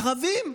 ערבים.